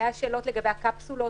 היו שאלות לגבי הקפסולות